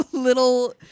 little